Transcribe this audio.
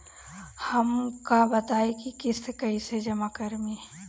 हम का बताई की किस्त कईसे जमा करेम?